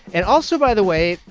and also, by the way,